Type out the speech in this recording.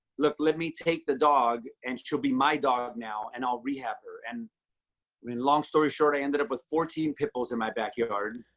look, let me take the dog and she'll be my dog now and i'll rehab her. and i mean long story short, i ended up with fourteen pitbulls in my backyard.